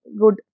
good